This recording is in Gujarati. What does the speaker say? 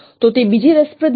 તો તે બીજી રસપ્રદ માહિતી છે